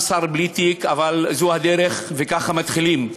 שר בלי תיק אבל זו הדרך וככה מתחילים.